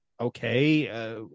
okay